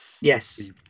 yes